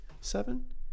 seven